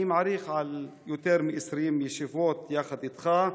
אני מעריך יותר מ-20 ישיבות יחד איתך,